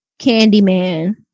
Candyman